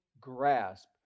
grasp